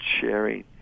sharing